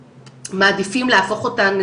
מעדיפים להפוך אותן,